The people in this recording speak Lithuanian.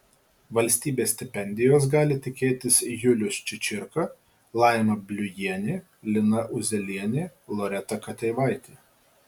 valstybės stipendijos gali tikėtis julius čičirka laima bliujienė lina uzielienė loreta kateivaitė